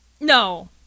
No